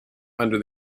under